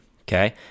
okay